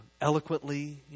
eloquently